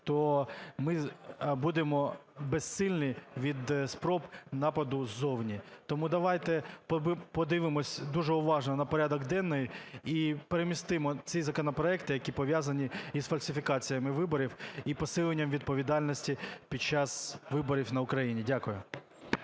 то ми будемо безсильні від спроб нападу ззовні. Тому давайте подивимося дуже уважно на порядок денний і перемістимо ці законопроекти, які пов'язані із фальсифікаціями виборів і посиленням відповідальності під час виборів на Україні. Дякую.